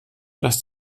dass